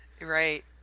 Right